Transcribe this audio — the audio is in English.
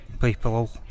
people